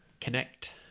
connect